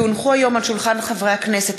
כי הונחו היום על שולחן הכנסת,